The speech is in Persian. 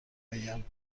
آیم